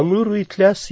बंगल्रू इथल्या सी